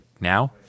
now